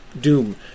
doom